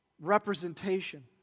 Representation